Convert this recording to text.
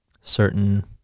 certain